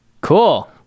Cool